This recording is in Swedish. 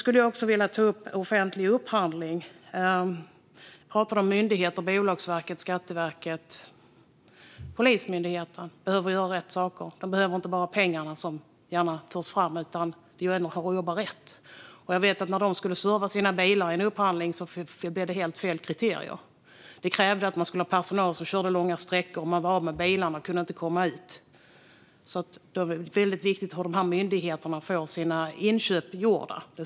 När det gäller offentlig upphandling behöver myndigheter som Bolagsverket, Skatteverket och Polismyndigheten rätt saker. De behöver inte bara pengar, vilket ofta förs fram, utan de behöver jobba rätt. När polisen skulle serva sina bilar blev det helt fel kriterier i upphandlingen. Det krävdes att personal skulle köra långa sträckor, och då stod man utan bilar och kunde inte komma ut. Det spelar stor roll hur myndigheterna får sina inköp gjorda.